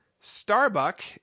Starbuck